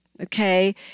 okay